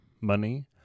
money